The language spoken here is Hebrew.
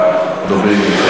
לדוברים?